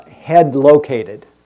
head-located